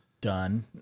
done